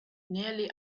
nearly